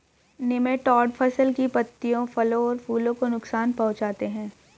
nematode फसल की पत्तियों फलों और फूलों को नुकसान पहुंचाते हैं